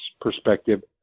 perspective